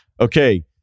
okay